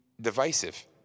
divisive